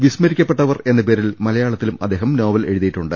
വിസ്മരിക്കപ്പെട്ടവർ എന്ന പേരിൽ മലയാള ത്തിലും അദ്ദേഹം നോവൽ എഴുതിയിട്ടുണ്ട്